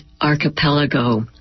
Archipelago